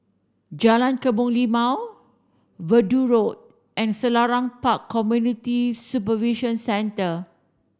Jalan Kebun Limau Verdun Road and Selarang Park Community Supervision Centre